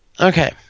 Okay